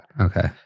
Okay